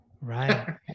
right